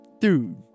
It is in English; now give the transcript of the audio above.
dude